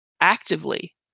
actively